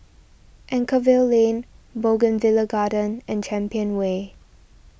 Anchorvale Lane Bougainvillea Garden and Champion Way